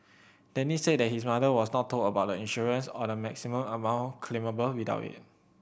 Denny said that his mother was not told about the insurance or the maximum amount claimable without it